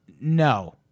no